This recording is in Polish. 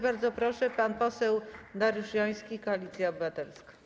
Bardzo proszę, pan poseł Dariusz Joński, Koalicja Obywatelska.